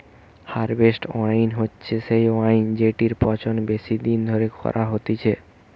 harvest wine হচ্ছে সেই wine জেটির পচন বেশি দিন ধরে করা হতিছে